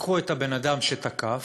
לקחו את הבן-אדם שתקף,